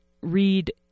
read